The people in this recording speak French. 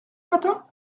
matin